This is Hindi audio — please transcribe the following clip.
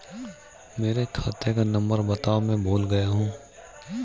मेरे खाते का नंबर बताओ मैं भूल गया हूं